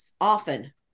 often